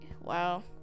wow